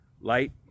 light